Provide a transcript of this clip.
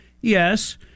Yes